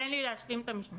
תן לי להשלים את המשפט.